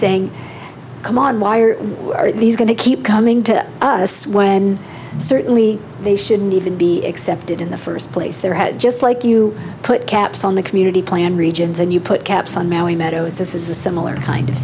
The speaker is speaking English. saying come on why are these going to keep coming to us when certainly they shouldn't even be accepted in the first place their head just like you put caps on the community plan regions and you put caps on mowing meadows this is a similar kind of